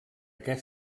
aquest